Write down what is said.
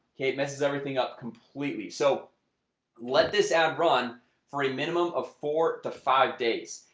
okay, it messes everything up completely so let this ad run for a minimum of four to five days.